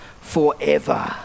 Forever